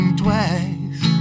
twice